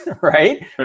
right